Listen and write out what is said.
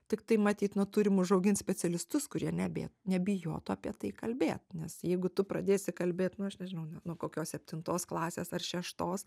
tiktai matyt na turim užaugint specialistus kurie nebijo nebijotų apie tai kalbėt nes jeigu tu pradėsi kalbėt nu aš nežinau nuo kokios septintos klasės ar šeštos